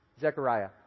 Zechariah